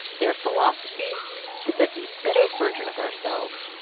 their philosophy is that a better version of ourselves,